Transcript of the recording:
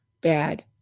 bad